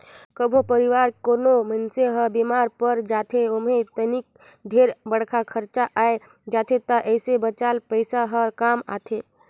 कभो परवार के कोनो मइनसे हर बेमार पर जाथे ओम्हे तनिक ढेरे बड़खा खरचा आये जाथे त एही बचाल पइसा हर काम आथे